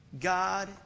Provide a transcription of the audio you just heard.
God